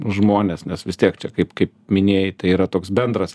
žmones nes vis tiek čia kaip kaip minėjai tai yra toks bendras